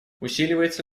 усиливается